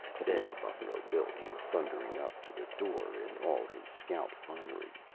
then buffalo bill came thundering up to the door in all his scout finery,